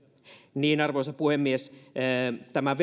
loppuun arvoisa puhemies tämän